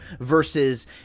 versus